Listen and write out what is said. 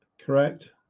Correct